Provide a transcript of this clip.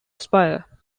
spire